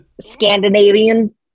Scandinavian